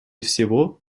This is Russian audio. всего